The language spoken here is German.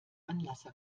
anlasser